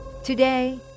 Today